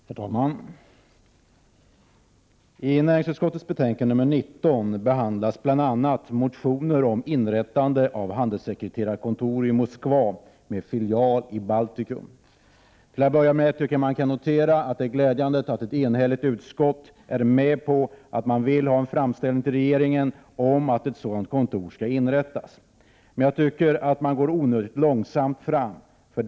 Herr talman! I näringsutskottets betänkande 19 behandlas bl.a. motioner om inrättande av ett handelskontor i Moskva med filial i Baltikum. Till en början noterar jag att det är glädjande att ett enhälligt utskott vill göra en framställning till regeringen om att ett sådant kontor skall inrättas. Jag tycker dock att utskottet går onödigt långsamt fram.